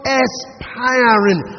aspiring